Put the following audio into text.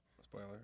spoiler